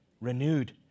renewed